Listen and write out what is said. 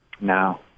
No